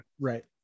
Right